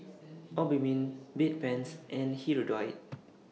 Obimin Bedpans and Hirudoid